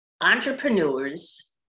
entrepreneurs